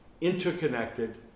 interconnected